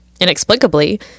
inexplicably